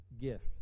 gift